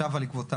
שב על עקבותיו.